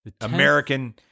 American